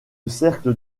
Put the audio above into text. cercle